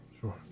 Sure